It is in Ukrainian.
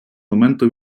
моменту